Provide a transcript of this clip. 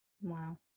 Wow